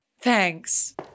Thanks